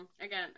again